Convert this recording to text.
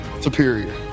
Superior